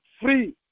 free